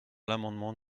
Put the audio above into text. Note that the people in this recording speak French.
l’amendement